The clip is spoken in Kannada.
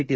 ಟಿ